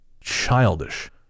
childish